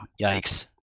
yikes